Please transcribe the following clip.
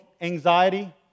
anxiety